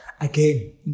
again